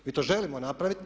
Mi to želimo napraviti.